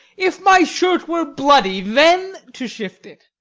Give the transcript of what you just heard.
if my shirt were bloody, then to shift it.